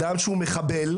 יש חקירה.